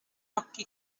occhi